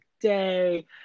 day